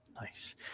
Nice